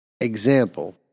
example